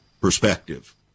perspective